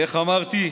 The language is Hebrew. איך אמרתי,